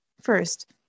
First